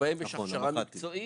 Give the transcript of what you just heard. שבהם יש הכשרה מקצועית.